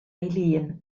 eileen